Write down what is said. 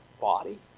body